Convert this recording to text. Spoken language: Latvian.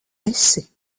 esi